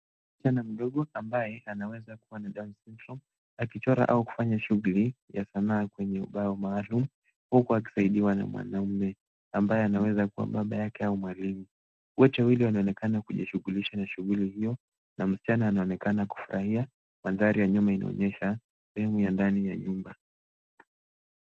Kijana mdogo ambaye anaweza kua na Down Syndrome akichora au kufanya shughuli ya sanaa kwenye ubao maalum huku akisaidiwa na mwanaume ambaye anawezakua baba yake au mwalimu. Wote wawili wanaonekana kujishughulisha na shughulli hio na msichana anaonekana kufurahia. Mandhari ya nyuma inaonyesha sehemu ya ndani ya nyumba.